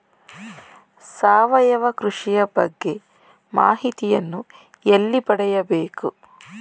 ಸಾವಯವ ಕೃಷಿಯ ಬಗ್ಗೆ ಮಾಹಿತಿಯನ್ನು ಎಲ್ಲಿ ಪಡೆಯಬೇಕು?